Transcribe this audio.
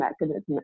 mechanism